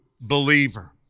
believer